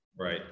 right